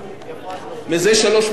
מזה שלוש וחצי שנים,